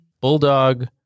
Bulldog